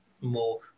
more